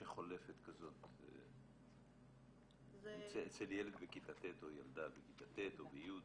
שחולפת כזאת מחשבה אצל ילד בכיתה ט' או ילדה בכיתה ט' או ב-י'.